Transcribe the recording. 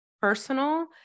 personal